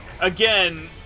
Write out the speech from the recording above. Again